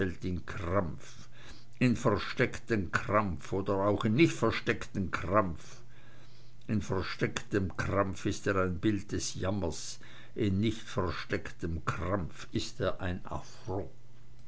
in krampf in versteckten krampf oder auch in nicht versteckten krampf in verstecktem krampf ist er ein bild des jammers in nicht verstecktem krampf ist er ein affront